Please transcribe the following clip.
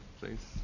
please